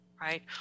right